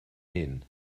hyn